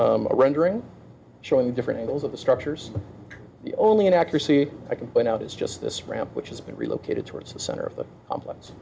a rendering showing different angles of the structures the only inaccuracy i can point out is just this ramp which has been relocated towards the center of the complex